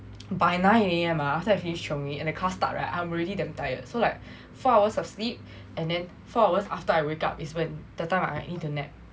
by nine A_M ah after I finish chionging and the class start right I'm really damn tired so like four hours of sleep and then four after I wake up is the time I need to nap